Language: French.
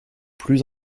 plus